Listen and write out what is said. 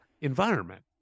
environment